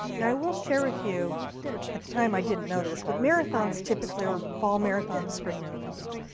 now, i will share with you at the time, i didn't know this, but marathons typically are fall marathons, spring marathons,